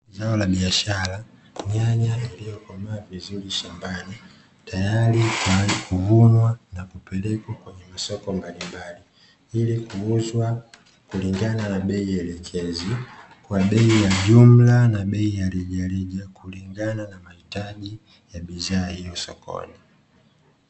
Zao la biashara, nyanya iliyokomaa vizuri shambani tayari kwa ajili ya kuvunwa na kupelekwa kwenye masoko mbalimbali. Ili kuuzwa kulingana na bei elekezi, kwa bei ya jumla na bei ya rejareja kulingana na mahitaji ya bidhaa hiyo sokoni.